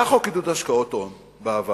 היה חוק עידוד השקעות הון בעבר,